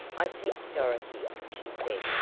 i think, dorothy, she said,